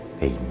Amen